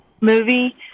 Movie